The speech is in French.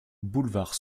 boulevard